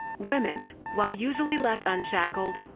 women, while usually left unshackled,